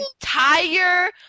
entire